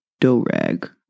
do-rag